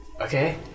Okay